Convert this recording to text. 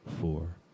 four